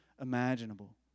imaginable